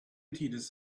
chiefs